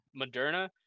Moderna